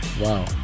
Wow